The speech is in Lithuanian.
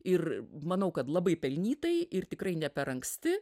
ir manau kad labai pelnytai ir tikrai ne per anksti